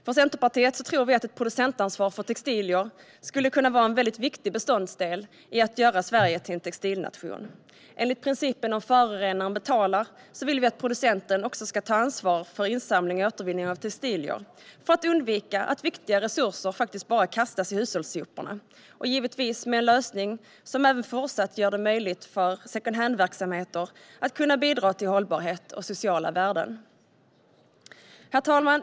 I Centerpartiet tror vi att ett producentansvar för textilier skulle vara en viktig beståndsdel i att göra Sverige till en textilnation. Enligt principen om att förorenaren betalar vill vi att producenterna också ska ansvara för insamling och återvinning av textilier för att undvika att viktiga resurser bara kastas i hushållssoporna, givetvis med en lösning som gör det möjligt för secondhandverksamheter att även i fortsättningen bidra till hållbarhet och sociala värden. Herr talman!